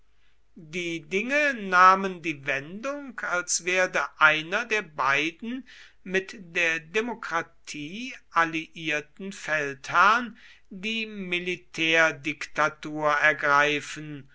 die dinge nahmen die wendung als werde einer der beiden mit der demokratie alliierten feldherrn die militärdiktatur ergreifen